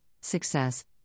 success